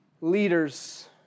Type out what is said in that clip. leaders